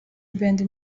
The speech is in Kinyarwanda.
ben